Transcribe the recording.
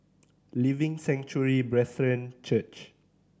Living Sanctuary Brethren Church